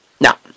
Now